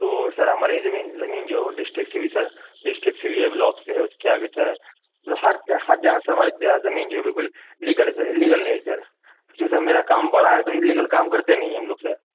تو سر ہماری جو زمین زمین جو ہے وہ ڈسٹرکٹ سے بھی سر ڈسٹرکٹ سے بھی ہے بلاک سے ہے اس کے آگے چاہے مطلب ہر ہر جگہ سے ہماری زمین جو ہے بالکل لیگل ہے سر انلیگل نہیں ہے سر کیونکہ سر میرا کام بڑا ہے تو انلیگل کام کرتے نہیں ہیں ہم لوگ سر